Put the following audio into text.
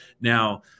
now